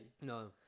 No